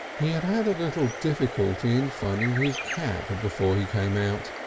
he had had a little difficulty in finding his cap before he came out.